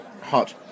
hot